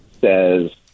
says